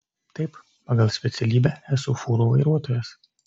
taip pagal specialybę esu fūrų vairuotojas